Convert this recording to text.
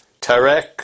Tarek